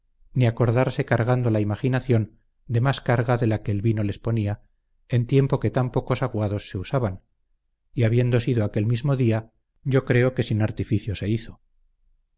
ni acordarse cargando la imaginación de más carga de la que el vino les ponía en tiempo que tan pocos aguados se usaban y habiendo sido aquel mismo día yo creo que sin artificio se hizo